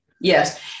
Yes